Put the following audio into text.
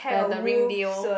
the the ring deal